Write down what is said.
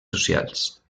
socials